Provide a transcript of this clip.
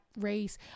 race